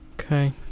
Okay